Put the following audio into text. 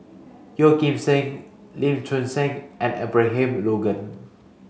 Yeoh Ghim Seng Lee Choon Seng and Abraham Logan